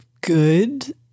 good